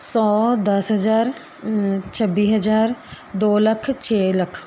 ਸੌ ਦਸ ਹਜ਼ਾਰ ਛੱਬੀ ਹਜ਼ਾਰ ਦੋ ਲੱਖ ਛੇ ਲੱਖ